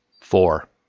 four